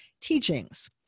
teachings